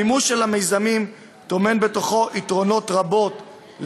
המימוש של המיזמים טומן בתוכו יתרונות רבים,